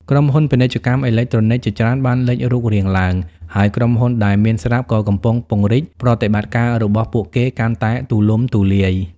ក្រុមហ៊ុន ពាណិជ្ជកម្មអេឡិចត្រូនិក ជាច្រើនបានលេចរូបរាងឡើង ហើយក្រុមហ៊ុនដែលមានស្រាប់ក៏កំពុងពង្រីកប្រតិបត្តិការរបស់ពួកគេកាន់តែទូលំទូលាយ។